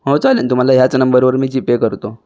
हो चालेल तुम्हाला ह्याच नम्बरवर मी जीपे करतो